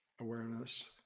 awareness